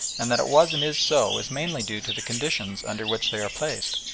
and that it was and is so is mainly due to the conditions under which they are placed.